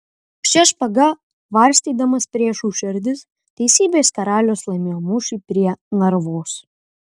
šia špaga varstydamas priešų širdis teisybės karalius laimėjo mūšį prie narvos